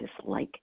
dislike